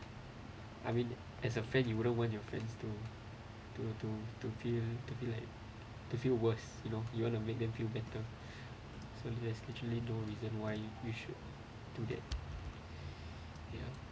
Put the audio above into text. I mean as a friend you wouldn't want your friends to to to to to be like to feel worse you know you want to make them feel better so there's actually no reason why you should do that ya